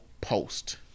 post